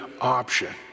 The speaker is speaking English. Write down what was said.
option